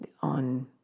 on